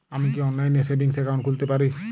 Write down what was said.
আমি কি অনলাইন এ সেভিংস অ্যাকাউন্ট খুলতে পারি?